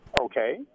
Okay